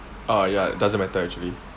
err ya doesn't matter actually